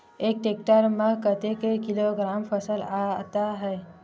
एक टेक्टर में कतेक किलोग्राम फसल आता है?